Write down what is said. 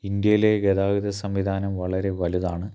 ഇന്ത്യയിലെ ഗതാഗത സംവിധാനം വളരെ വലുതാണ്